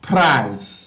price